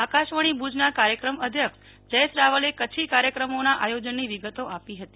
આકાશવાણી ભુજના કાર્યક્રમ અધ્યક્ષ જયેશ રાવલે કચ્છી કાર્યક્રમોના આયોજનની વિગતો આપી હતી